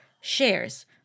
shares